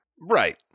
Right